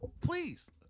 Please